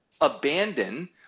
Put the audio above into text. abandon